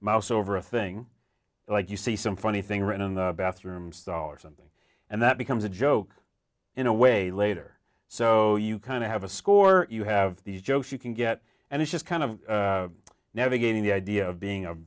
mouse over a thing like you see some funny thing right in the bathroom stall or something and that becomes a joke in a way later so you kind of have a score you have these jokes you can get and it's just kind of navigating the idea of being a